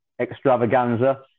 extravaganza